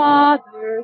Father